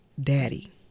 Daddy